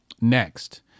Next